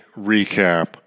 recap